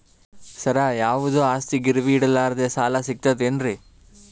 ಸರ, ಯಾವುದು ಆಸ್ತಿ ಗಿರವಿ ಇಡಲಾರದೆ ಸಾಲಾ ಸಿಗ್ತದೇನ್ರಿ?